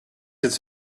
its